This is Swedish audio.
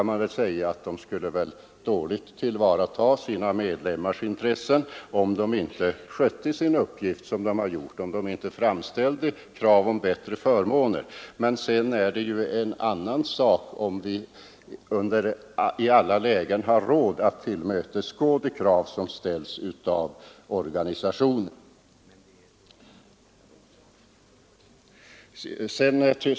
Man skulle väl dåligt tillvarata sina medlemmars intressen, om man inte framställde krav om bättre förmåner. Sedan är det en annan sak om vi i alla lägen har råd att tillmötesgå de krav som ställs av organisationen.